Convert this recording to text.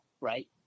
right